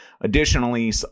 Additionally